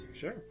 sure